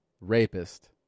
rapist